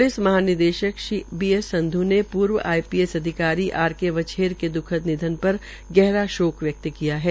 police महानिदेशक Shri B S Sandhu ने पूर्व आईपीएस अधिकारी आर के वछेर के द्खद निधन पर गहरा शोक व्यक्त किया है